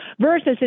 Versus